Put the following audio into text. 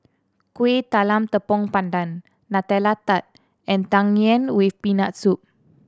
Kueh Talam Tepong Pandan Nutella Tart and Tang Yuen with Peanut Soup